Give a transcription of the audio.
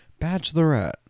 bachelorette